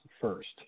first